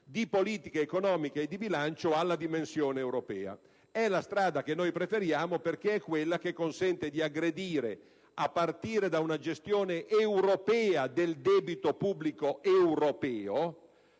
di politica economica e di bilancio alla dimensione europea. È la strada che preferiamo, perché è quella che consente di aggredire, a partire da una gestione europea del debito pubblico europeo,